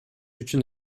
үчүн